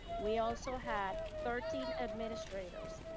we also had thirteen administrators,